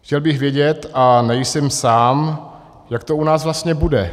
Chtěl bych vědět, a nejsem sám, jak to u nás vlastně bude.